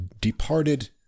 departed